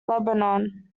lebanon